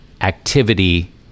activity